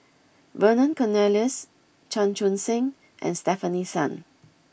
Vernon Cornelius Chan Chun Sing and Stefanie Sun